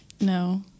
No